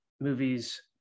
movies